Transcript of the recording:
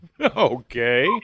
Okay